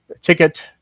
ticket